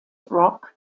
rock